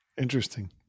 Interesting